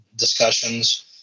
discussions